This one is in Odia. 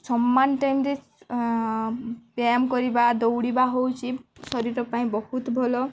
ସମାନ ଟାଇମ୍ରେ ବ୍ୟାୟାମ କରିବା ଦୌଡ଼ିବା ହେଉଛି ଶରୀର ପାଇଁ ବହୁତ ଭଲ